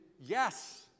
yes